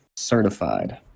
certified